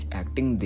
acting